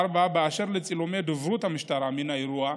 אשר לצילומי דוברות המשטרה מן האירוע,